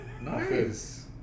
Nice